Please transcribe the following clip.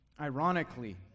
ironically